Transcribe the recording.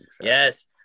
Yes